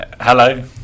Hello